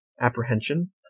apprehension